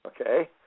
Okay